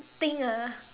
think ah